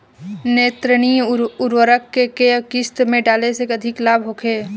नेत्रजनीय उर्वरक के केय किस्त में डाले से अधिक लाभ होखे?